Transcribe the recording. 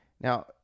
Now